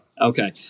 Okay